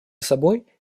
собой